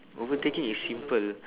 overtaking is simple